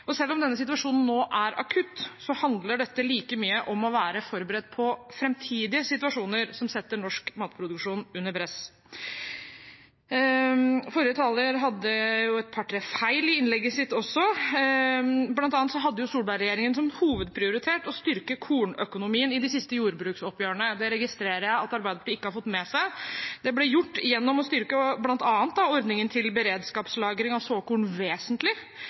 Selv om denne situasjonen nå er akutt, handler dette like mye om å være forberedt på framtidige situasjoner som setter norsk matproduksjon under press. Forrige taler hadde også et par–tre feil i innlegget sitt. Blant annet hadde Solberg-regjeringen som hovedprioritet å styrke kornøkonomien i de siste jordbruksoppgjørene – det registrerer jeg at Arbeiderpartiet ikke har fått med seg. Det ble gjort gjennom å styrke bl.a. ordningen til beredskapslagring av såkorn vesentlig,